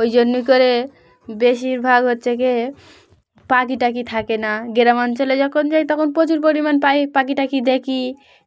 ওই জন্য করে বেশিরভাগ হচ্ছে কি পাখি টাকি থাকে না গ্রামাঞ্চলে যখন যাই তখন প্রচুর পরিমাণ পাখি পাখি টাকি দেখি